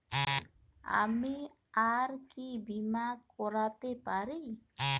আমি আর কি বীমা করাতে পারি?